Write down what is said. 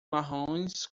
marrons